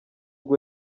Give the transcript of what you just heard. rwo